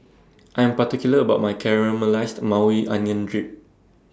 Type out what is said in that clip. I Am particular about My Caramelized Maui Onion drip